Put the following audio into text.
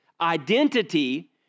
identity